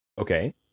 Okay